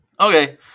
Okay